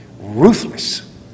Ruthless